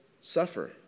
suffer